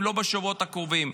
אם לא בשבועות הקרובים.